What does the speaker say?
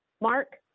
Mark